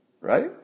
right